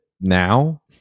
now